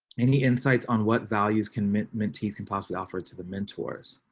any insights on what values can mentees can possibly offer to the mentors.